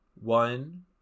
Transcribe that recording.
One